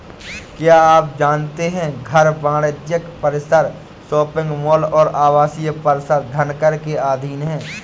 क्या आप जानते है घर, वाणिज्यिक परिसर, शॉपिंग मॉल और आवासीय परिसर धनकर के अधीन हैं?